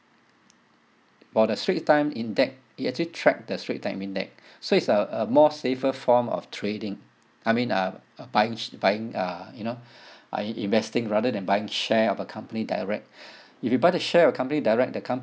about the straits times index it actually track the straits times index so it's a a more safer form of trading I mean uh uh buying buying uh you know uh in investing rather than buying share of accompany direct if you buy the share of a company direct the company